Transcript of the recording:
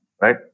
right